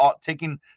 taking –